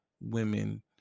women